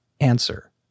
answer